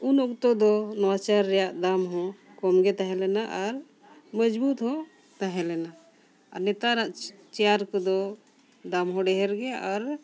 ᱩᱱ ᱚᱠᱛᱚ ᱫᱚ ᱱᱚᱣᱟ ᱪᱮᱭᱟᱨ ᱨᱮᱭᱟᱜ ᱫᱟᱢ ᱦᱚᱸ ᱠᱚᱢᱜᱮ ᱛᱟᱦᱮᱸ ᱞᱮᱱᱟ ᱟᱨ ᱢᱚᱡᱽᱵᱩᱛ ᱦᱚᱸ ᱛᱟᱦᱮᱸ ᱞᱮᱱᱟ ᱟᱨ ᱱᱮᱛᱟᱨᱟᱜ ᱪᱮᱭᱟᱨ ᱠᱚᱫᱚ ᱫᱟᱢ ᱦᱚᱸ ᱰᱷᱮᱨ ᱜᱮᱭᱟ ᱟᱨ